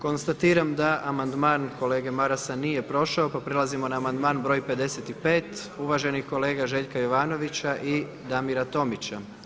Konstatiram da amandman kolega Marasa nije prošao pa prelazimo na amandman broj 55 uvaženih kolega Željka Jovanovića i Damira Tomića.